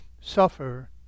suffer